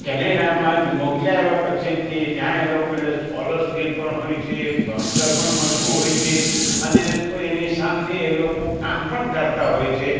કેનેડામાં મોકલ્યા એવા પછીથી ત્યાં એ લોકો સ્કૉલરસ્કીપ પણ હોય છે ભણતર પણ મળતું હોય છે અને કોઈ એની સાથે એ લોકો કામ પણ કરતાં હોય છે